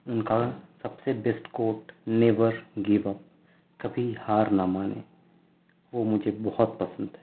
ان کا سب سے best quote never go up کبھی ہار نہ مانیں وہ مجھے بہت پسند تھے